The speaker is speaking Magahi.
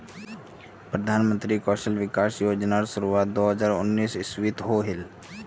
प्रधानमंत्री कौशल विकाश योज्नार शुरुआत दो हज़ार उन्नीस इस्वित होहिल